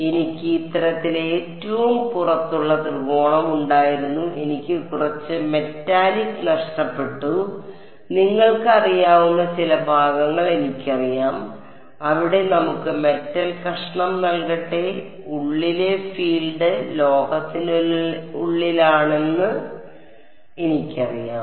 അതിനാൽ എനിക്ക് ഇത്തരത്തിൽ ഏറ്റവും പുറത്തുള്ള ത്രികോണം ഉണ്ടായിരുന്നു എനിക്ക് കുറച്ച് മെറ്റാലിക് നഷ്ടപ്പെട്ടു നിങ്ങൾക്ക് അറിയാവുന്ന ചില ഭാഗങ്ങൾ എനിക്കറിയാം അവിടെ നമുക്ക് മെറ്റൽ കഷണം നൽകട്ടെ ഉള്ളിലെ ഫീൽഡ് ലോഹത്തിനുള്ളിലാണെന്ന് എനിക്കറിയാം